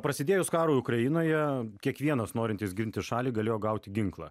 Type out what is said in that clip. prasidėjus karui ukrainoje kiekvienas norintis ginti šalį galėjo gauti ginklą